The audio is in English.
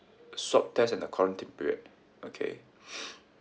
swab test and the quarantine period okay